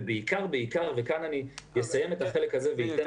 ובעיקר וכאן אסיים את החלק הזה ואתן